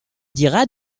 dira